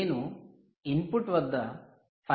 నేను ఇన్పుట్ వద్ద 5